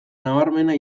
nabarmena